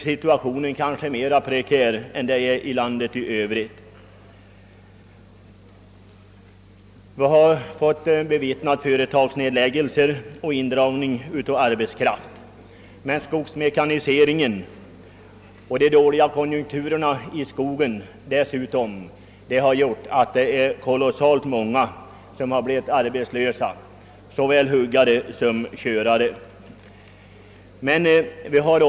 Situationen där är kanske mera prekär än i landet i övrigt. Vi har fått bevittna företagsnedläggningar och friställning av arbetskraft. Skogsmekaniseringen och de dåliga konjunkturerna för skogen har gjort att en mängd människor — såväl huggare som körare — blivit arbetslösa.